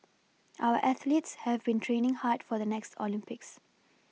our athletes have been training hard for the next Olympics